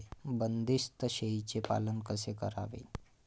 बंदिस्त शेळीचे पालन कसे करावे?